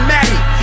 Maddie